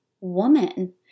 woman